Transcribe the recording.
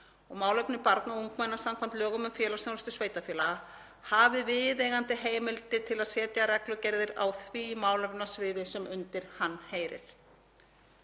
málefni barna og ungmenna samkvæmt lögum um félagsþjónustu sveitarfélaga hafi viðeigandi heimildir til að setja reglugerðir á því málefnasviði sem undir hann heyrir.